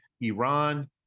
Iran